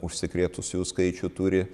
užsikrėtusiųjų skaičių turi